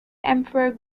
emperor